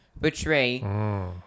betray